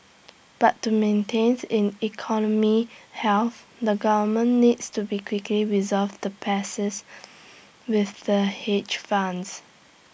but to maintains in economy health the government needs to be quickly resolve the passes with the hedge funds